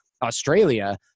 Australia